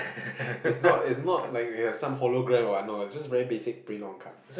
it's not it's not like it has some hologram or what no it's just very basic print on card